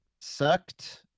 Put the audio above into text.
sucked